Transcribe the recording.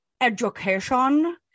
education